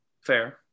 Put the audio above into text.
Fair